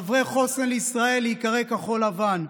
חברי חוסן לישראל, להיקרא כחול לבן.